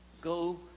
go